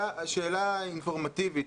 שאלה אינפורמטיבית.